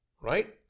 right